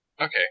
Okay